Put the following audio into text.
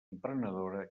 emprenedora